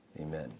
Amen